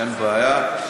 אין בעיה,